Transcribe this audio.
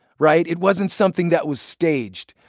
right? it wasn't something that was staged.